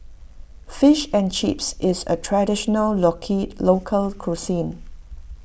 Fish and Chips is a traditional local cuisine